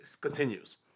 continues